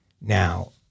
Now